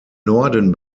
norden